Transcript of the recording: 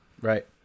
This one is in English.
Right